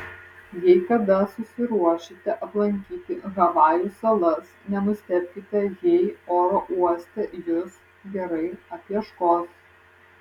jei kada susiruošite aplankyti havajų salas nenustebkite jei oro uoste jus gerai apieškos